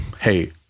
hey